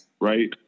Right